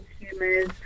consumers